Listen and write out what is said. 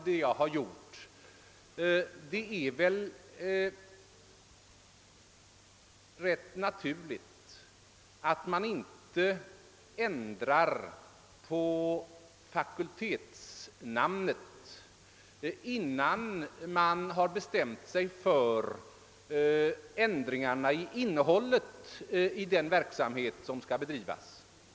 Det är väl rätt naturligt, att man inte ändrar på fakultetsnamnet innan man har bestämt sig för ändringarna beträffande innehållet i den verksamhet som skall bedrivas.